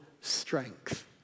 strength